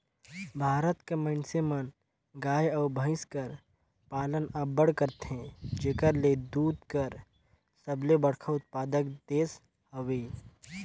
भारत कर मइनसे मन गाय अउ भंइस कर पालन अब्बड़ करथे जेकर ले दूद कर सबले बड़खा उत्पादक देस हवे